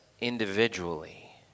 individually